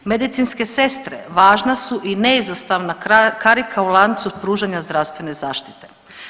Medicinske sestre važna su i neizostavna karika u lancu pružanja zdravstvene zaštite.